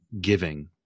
giving